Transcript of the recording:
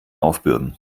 aufbürden